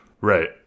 right